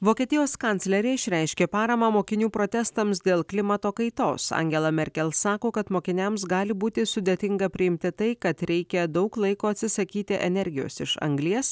vokietijos kanclerė išreiškė paramą mokinių protestams dėl klimato kaitos angela merkel sako kad mokiniams gali būti sudėtinga priimti tai kad reikia daug laiko atsisakyti energijos iš anglies